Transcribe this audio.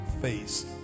face